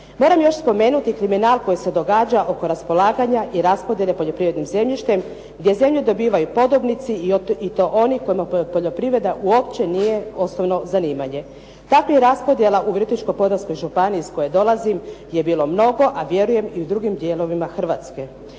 Moram još spomenuti kriminal koji se događa oko raspolaganja i raspodjele poljoprivrednim zemljištem gdje zemlju dobivaju podobnici i to oni kojima poljoprivreda uopće nije osnovno zanimanje. Takvih raspodjela u Virovitičko-podravskoj županiji iz koje dolazi je bilo mnogo, a vjerujem i u drugim dijelovima Hrvatske.